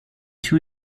two